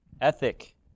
ethic